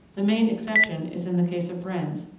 the main exception is in the case of wrens,